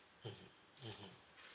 mmhmm mmhmm